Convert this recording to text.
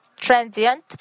transient